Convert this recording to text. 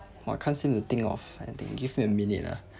!wah! I can't seem to think of anything you give me a minute ah